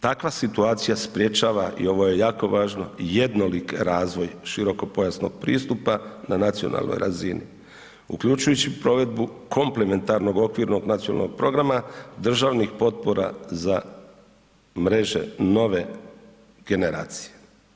Takva situacija sprječava i ovo je jako važno, jednolik razvoj širokopojasnog pristupa na nacionalnoj razini uključujući provedbi komplementarnog okvirnog nacionalnog programa državnih potpora za mreže nove generacije.